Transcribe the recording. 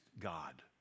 God